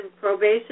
probation